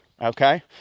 okay